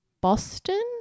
Boston